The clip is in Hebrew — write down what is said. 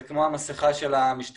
זה כמו המסכה של המשטחים.